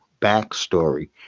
backstory